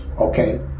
Okay